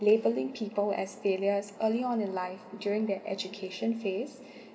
labelling people as failures early on in life during their education fails